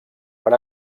per